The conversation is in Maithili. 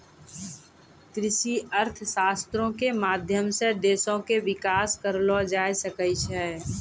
कृषि अर्थशास्त्रो के माध्यम से देशो के विकास करलो जाय सकै छै